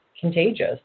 contagious